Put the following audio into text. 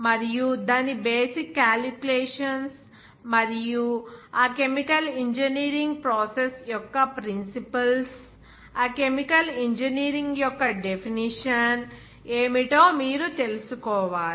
మరియు దాని basic calculations మరియు ఆ కెమికల్ ఇంజనీరింగ్ ప్రాసెస్ యొక్క ప్రిన్సిపుల్స్ ఆ కెమికల్ ఇంజనీరింగ్ యొక్క డెఫినిషన్ ఏమిటో మీరు తెలుసుకోవాలి